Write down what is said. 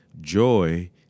Joy